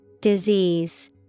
Disease